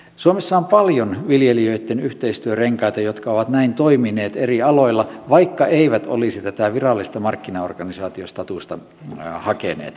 suomessa on paljon viljelijöitten yhteistyörenkaita jotka ovat näin toimineet eri aloilla vaikka eivät olisi tätä virallista markkinaorganisaatiostatusta hakeneetkaan